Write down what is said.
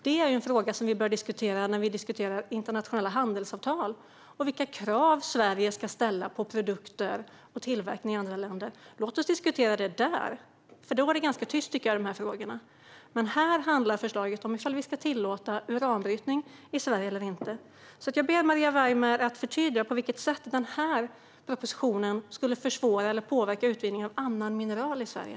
Detta är en fråga som vi bör diskutera när vi diskuterar internationella handelsavtal och vilka krav Sverige ska ställa på olika produkter och på tillverkning i andra länder. Låt oss diskutera det då! Men i de frågorna är det ganska tyst, tycker jag. Detta förslag handlar dock om huruvida vi ska tillåta uranbrytning i Sverige eller inte. Jag ber Maria Weimer förtydliga på vilket sätt den här propositionen skulle försvåra eller påverka utvinningen av andra mineraler i Sverige.